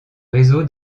réseau